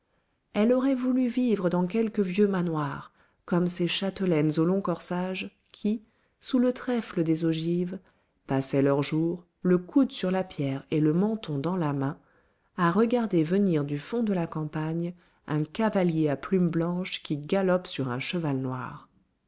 elle aurait voulu vivre dans quelque vieux manoir comme ces châtelaines au long corsage qui sous le trèfle des ogives passaient leurs jours le coude sur la pierre et le menton dans la main à regarder venir du fond de la campagne un cavalier à plume blanche qui galope sur un cheval noir